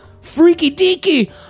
freaky-deaky